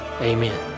Amen